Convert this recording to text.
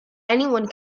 anyone